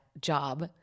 job